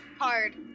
hard